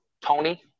Tony